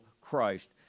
Christ